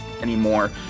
anymore